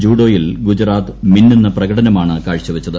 ജൂഡോയിൽ ഗുജറാത്ത് മിന്നുന്ന പ്രകടനമാണ് കാഴ്ചവച്ചത്